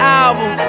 album